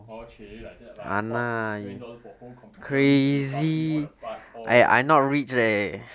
orh !chey! like that lah thought is twenty dollars for whole computer means like you pass me all the parts